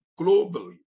globally